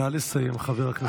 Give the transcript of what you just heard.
נא לסיים, חבר הכנסת כסיף.